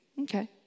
Okay